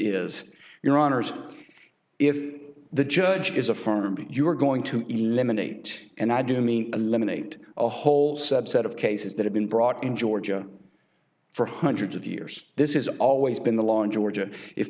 is your honour's if the judge is affirming you are going to eliminate and i do mean a lemonade a whole subset of cases that have been brought in georgia for hundreds of years this is always been the law in georgia if